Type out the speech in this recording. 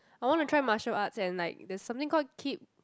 I want to try martial arts and like there's something called keep